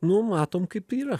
nu matom kaip tai yra